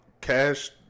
Cash